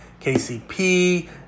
KCP